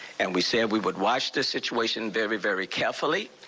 and we said we would watch the situation very, very carefully,